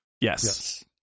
Yes